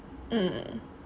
mm